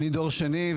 אני דור שני,